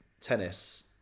tennis